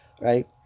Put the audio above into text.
right